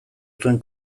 zuen